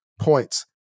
points